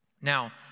Now